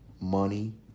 money